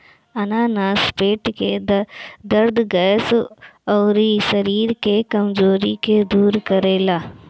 अनानास पेट के दरद, गैस, अउरी शरीर के कमज़ोरी के दूर करेला